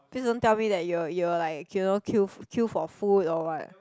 please don't tell me that you will you will like you know queue queue for food or what